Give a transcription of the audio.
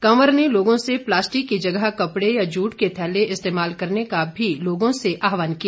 कंवर ने लोगों से प्लास्टिक की जगह कपड़े या जूट के थैले इस्तेमाल करने का भी आहवान किया